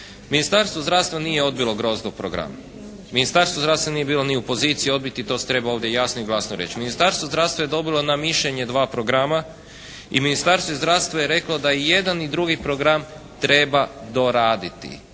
Ministarstvo zdravstva nije odbilo GROZD-ov program. Ministarstvo zdravstva nije bilo ni u poziciji odbiti, to se treba ovdje jasno i glasno reći. Ministarstvo zdravstva je dobilo na mišljenje dva programa i Ministarstvo zdravstva je reklo da je jedan i drugi program treba doraditi.